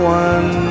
one